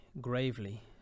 gravely